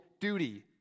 duty